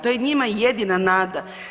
To je njima jedina nada.